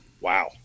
Wow